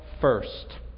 first